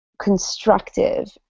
constructive